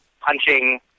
punching